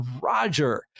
Roger